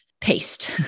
paste